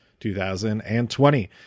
2020